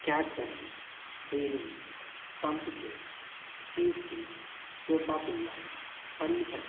Cadbury Dairy Milk pumpkin cheese cake sopapilla pallipatti